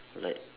like